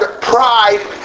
pride